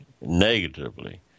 negatively